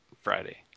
Friday